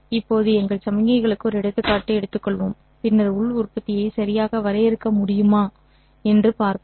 இப்போது எங்கள் சமிக்ஞைகளுக்கு ஒரு எடுத்துக்காட்டு எடுத்துக்கொள்வோம் பின்னர் உள் உற்பத்தியை சரியாக வரையறுக்க முடியுமா என்று பார்ப்போம்